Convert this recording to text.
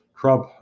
Trump